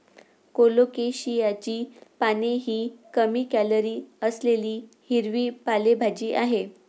कोलोकेशियाची पाने ही कमी कॅलरी असलेली हिरवी पालेभाजी आहे